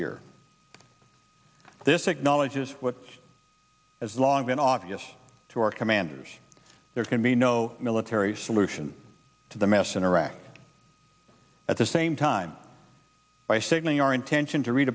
year this acknowledges what has long been obvious to our commanders there can be no military solution to the mess in iraq at the same time by signaling our intention to